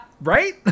Right